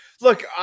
Look